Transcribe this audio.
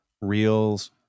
reels